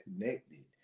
connected